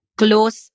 close